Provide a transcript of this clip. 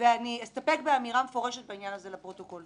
ואני אסתפק באמירה מפורשת בעניין הזה לפרוטוקול.